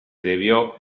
debió